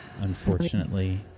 Unfortunately